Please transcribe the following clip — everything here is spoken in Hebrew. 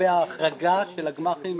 לגבי ההחרגה של הגמ"חים